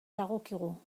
dagokigu